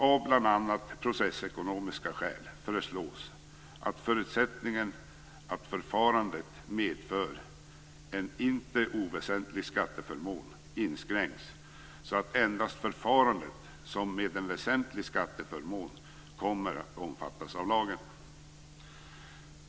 Av bl.a. processekonomiska skäl föreslås att förutsättningen att förfarandet medför en inte oväsentlig skatteförmån inskränks så att endast förfaranden som medför en väsentlig skatteförmån kommer att omfattas av lagen.